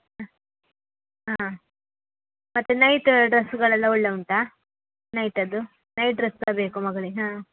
ಹಾಂ ಹಾಂ ಮತ್ತು ನೈಟ ಡ್ರೆಸ್ಗಳೆಲ್ಲ ಒಳ್ಳೆಯ ಉಂಟಾ ನೈಟದ್ದು ನೈಟ್ ಡ್ರೆಸ್ ಸಹ ಬೇಕು ಮಗಳಿಗೆ ಹಾಂ